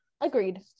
agreed